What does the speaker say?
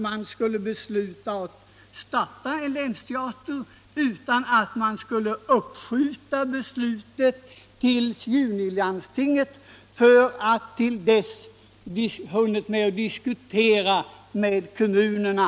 Man inbjöd kommunerna i länet samt Kommunförbundets länsavdelning till ett sammanträde för att diskutera frågan om ett gemensamt ansvarstagande för kostnaderna.